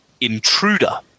intruder